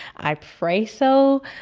i pray so.